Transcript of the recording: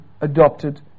adopted